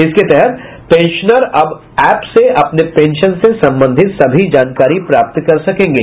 इसके तहत पेंशनर अब एप से अपने पेंशन से संबंधित सभी जानकारी प्राप्त कर सकेंगे